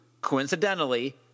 coincidentally